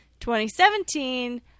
2017